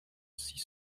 six